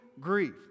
grief